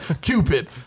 Cupid